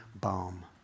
balm